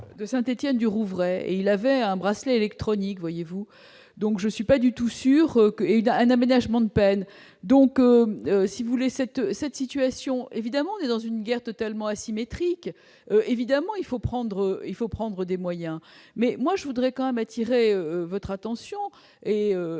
de Saint-Étienne-du-Rouvray et il avait un bracelet. Tronic voyez-vous, donc je suis pas du tout sûr que il y a un aménagement de peine, donc si vous voulez cette cette situation évidemment et dans une guerre totalement asymétrique, évidemment il faut prendre, il faut prendre des moyens, mais moi je voudrais quand même attirer votre attention et